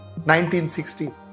1960